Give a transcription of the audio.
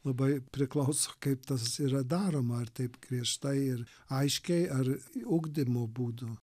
labai priklauso kaip tas yra daroma ar taip griežtai ir aiškiai ar ugdymo būdu